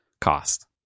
cost